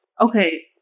Okay